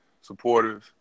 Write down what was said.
supporters